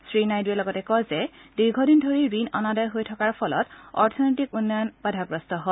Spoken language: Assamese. শ্ৰীনাইডুৱে লগতে কয় যে দীৰ্ঘদিন ধৰি ঋণ অনাদায় হৈ থকাৰ ফলত অৰ্থনৈতিক উন্নয়ন বাধাগ্ৰস্ত হয়